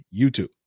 YouTube